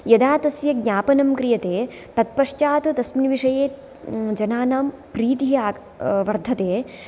यदा तस्य ज्ञापनं क्रीयते तत्पश्चात् तस्मिन् विषये जनानां प्रीतिः वर्धते